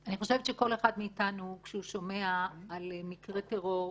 אני חושבת שכל אחד מאיתנו כשהוא שומע על מקרה טרור,